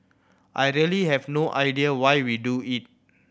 I really have no idea why we do it